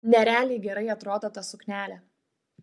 nerealiai gerai atrodo ta suknelė